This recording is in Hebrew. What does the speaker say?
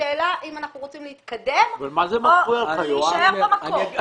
השאלה אם אנחנו רוצים להתקדם או להישאר במקום.